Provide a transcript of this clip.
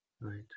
Right